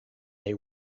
they